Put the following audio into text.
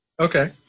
Okay